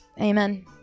Amen